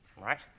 right